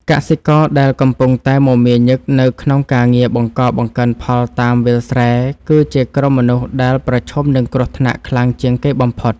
កសិករដែលកំពុងតែមមាញឹកនៅក្នុងការងារបង្កបង្កើនផលតាមវាលស្រែគឺជាក្រុមមនុស្សដែលប្រឈមនឹងគ្រោះថ្នាក់ខ្លាំងជាងគេបំផុត។